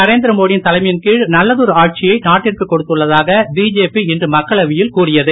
நரேந்திரமோடி யின் தலைமையின் கீழ் நல்லதொரு ஆட்சியை நாட்டிற்கு கொடுத்துள்ளதாக பிஜேபி இன்று மக்களவையில் கூறியது